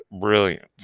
brilliant